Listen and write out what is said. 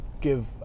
give